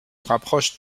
rapproche